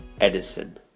Edison